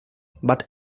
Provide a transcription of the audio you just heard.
but